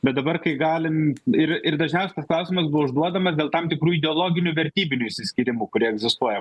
bet dabar kai galim ir ir dažniausias klausimas buvo užduodamas dėl tam tikrų ideologinių vertybinių išsiskyrimų kurie egzistuoja